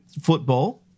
football